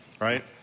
right